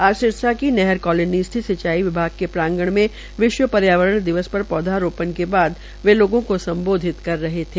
आज सिरसा के नहर कालोनी स्थित सिंचाई विभाग के प्रांगन में विश्व पर्यावरण दिवस पर पौधा रोपने के बाद लोगों को सम्बोधित कर रहे थे